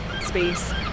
space